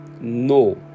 No